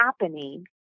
happening